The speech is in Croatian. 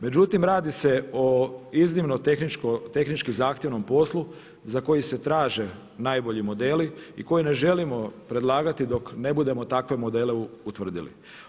Međutim, radi se o iznimno tehnički zahtjevnom poslu za koji se traže najbolji modeli i koje ne želimo predlagati dok ne budemo takve modele utvrdili.